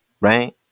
right